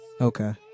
Okay